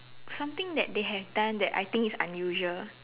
something that they have done that I think is unusual